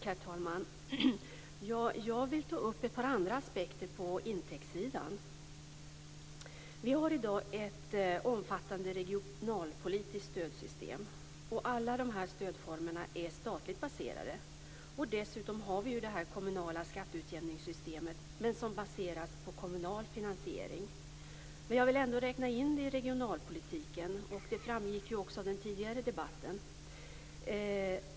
Herr talman! Jag vill ta upp ett par andra aspekter på intäktssidan. Vi har i dag ett omfattande regionalpolitiskt stödsystem, och alla de här stödformerna är statligt baserade. Dessutom har vi det kommunala skatteutjämningssystemet, men som baseras på kommunal finansiering. Jag vill ändå räkna in det i regionalpolitiken. Det framgick också av den tidigare debatten.